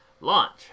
Launch